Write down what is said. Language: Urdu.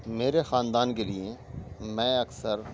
میرے خاندان کے لیے میں اکثر